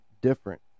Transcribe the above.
different